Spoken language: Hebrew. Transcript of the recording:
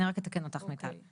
אני רק אתקן אותך מיטל.